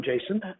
Jason